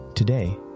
Today